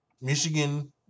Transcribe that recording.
Michigan